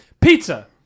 Pizza